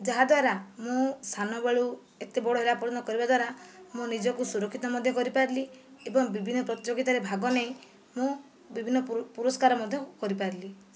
ଯାହାଦ୍ୱାରା ମୁଁ ସାନବେଳୁ ଏତେ ବଡ଼ ହେଲା ପର୍ଯ୍ୟନ୍ତ କରିବା ଦ୍ୱାରା ମୁଁ ନିଜକୁ ସୁରକ୍ଷିତ ମଧ୍ୟ କରିପାରିଲି ଏବଂ ବିଭିନ୍ନ ପ୍ରତିଯୋଗିତାରେ ଭାଗ ନେଇ ମୁଁ ବିଭିନ୍ନ ପୁରସ୍କାର ମଧ୍ୟ କରିପାରିଲି